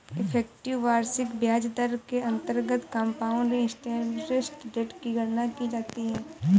effective वार्षिक ब्याज दर के अंतर्गत कंपाउंड इंटरेस्ट रेट की गणना की जाती है